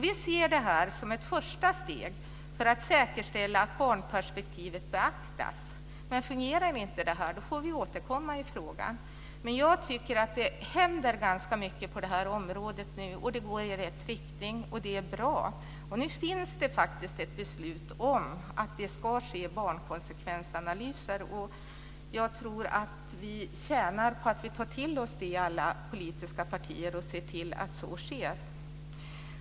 Vi ser det som ett första steg för att säkerställa att barnperspektivet beaktas. Fungerar inte det får vi återkomma i frågan. Det händer mycket på detta område nu. Det går i rätt riktning, och det är bra. Nu finns det faktiskt ett beslut om att det ska ske barnkonsekvensanalyser. Vi tjänar på att ta till oss det i alla politiska partier och se till att så sker.